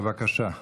בבקשה,